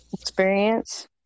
experience